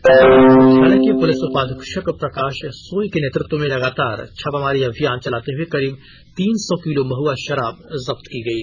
इस दौरान मुख्यालय के पुलिस उपाधीक्षक प्रकाश सोय के नेतृत्व में लगातार छापामारी अभियान चलाते हुए करीब तीन सौ किलो महुआ शराब जब्त की गयी